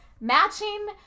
matching